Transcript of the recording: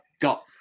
got